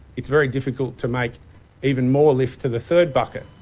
it's very difficult to make even more lift to the third bucket.